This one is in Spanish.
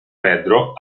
pedro